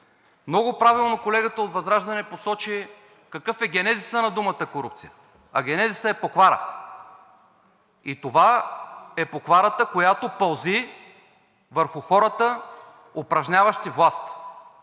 Много правилно колегата от ВЪЗРАЖДАНЕ посочи какъв е генезисът на думата корупция. Генезисът е поквара и това е покварата, която пълзи върху хората, упражняващи власт.